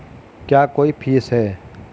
क्या कोई फीस है?